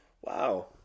Wow